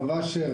אדוני,